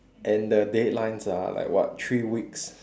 and the deadlines are like what three weeks